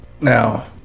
now